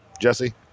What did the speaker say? jesse